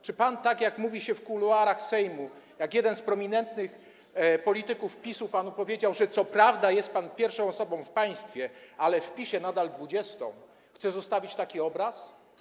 Czy pan - tak jak mówi się w kuluarach Sejmu, jak jeden z prominentnych polityków PiS-u o panu powiedział, że co prawda jest pan pierwszą osobą w państwie, ale w PiS-ie nadal 20. - chce zostawić taki obraz?